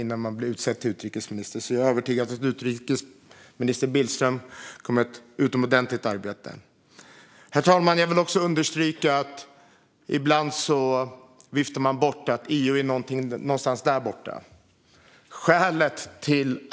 Jag är därför övertygad om att utrikesminister Billström kommer att göra ett utomordentligt arbete. Herr talman! Ibland viftar man bort EU som något som ligger där borta någonstans.